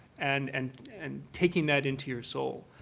and and and taking that into your soul.